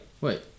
wait